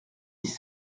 dix